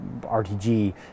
RTG